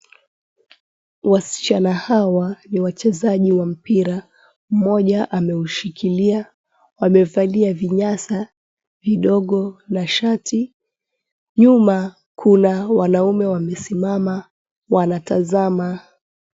Wasichana hawa ni wachezaji wa mpira. Mmoja ameushikilia amevalia vinyasa vidogo na shati. Nyuma kuna wanaume wamesimama wanatazama.